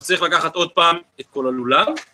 צריך לקחת עוד פעם את כל הלולב.